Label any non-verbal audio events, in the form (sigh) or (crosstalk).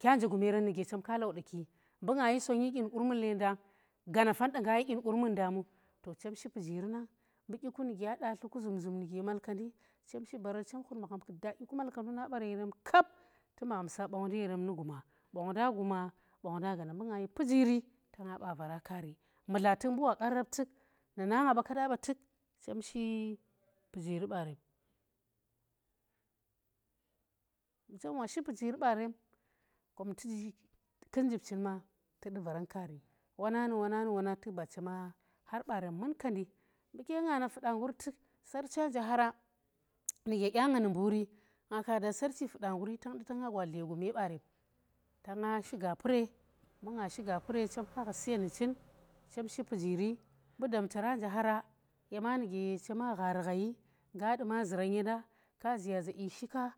kya nje gumerem nu ge chemka laudaki mbunga shi sonyi dyiri vat dyiri qurmun gana fan da nga yi dyim qurmun nda mu chem shi pujiri nang mbu dyi ku nu gya datli ku zum zum ku nugi (noise) malkendi, chem shi barar chem khut magham ku da dyi ku bambam ndu kuna bar yeren kap, tu magham sa bongndi yerem nu guma, bong nda shi pujiri tanga gab vaara, nu kaari, mudla tuk mbu wa qan rap nu naa nga ba, kada ba tuk chem shi pujiri barem kom tu kus njii chem me tu du varan kaari wona nu wona tuk bachema har baren munkandi mbu ke nga na fuda ngur tuk sar chya nje hara nuge dya nga nu mburi, nga ka da sarchi fuda nguri tang du ta nga gwa dle gume ku baren tang shi gapure, mbu nga shi gapure chem ha gha siyan nu chii, chem shi pujiri, mbu damta ra nje hara, (noise) yema nuge chema ghar ghayo, nga duma zuran yenda, ke zu ya za ee shika tos.